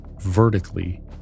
vertically